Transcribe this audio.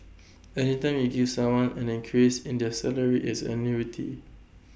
any time you give someone an increase in their salary it's an annuity